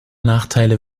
nachteile